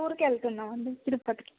ఊరికి వెళ్తున్నాము అండి తిరుపతికి